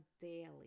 daily